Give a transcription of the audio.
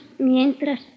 mientras